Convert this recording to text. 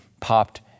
popped